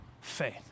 faith